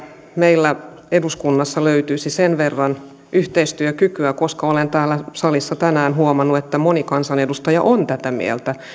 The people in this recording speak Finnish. meillä eduskunnassa löytyisi sen verran yhteistyökykyä koska olen täällä salissa tänään huomannut että moni kansanedustaja on tätä mieltä